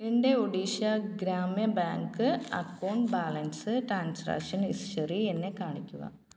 എൻ്റെ Odisha Gramya bank account balance transaction history എന്നെ കാണിക്കുക